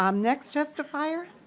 um next testifier.